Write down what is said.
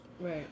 Right